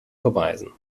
beweisen